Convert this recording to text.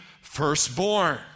firstborn